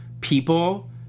people